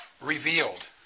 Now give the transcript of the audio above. Revealed